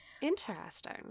Interesting